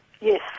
Yes